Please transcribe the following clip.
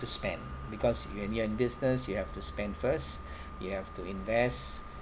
to spend because when you're in business you have to spend first you have to invest